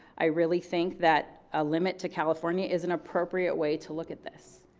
i really think that a limit to california is an appropriate way to look at this.